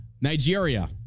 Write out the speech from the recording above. Nigeria